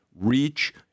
reach